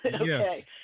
Okay